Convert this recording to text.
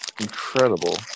Incredible